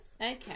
Okay